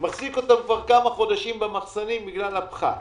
הוא מחזיק אותן כבר כמה חודשים במחסנים בגלל הפחת.